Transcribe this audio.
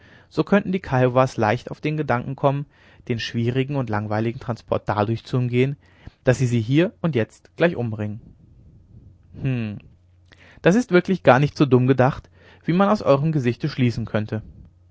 so könnten die kiowas leicht auf den gedanken kommen den schwierigen und langweiligen transport dadurch zu umgehen daß sie sie hier und jetzt gleich umbringen hm das ist wirklich gar nicht so dumm gedacht wie man aus eurem gesichte schließen könnte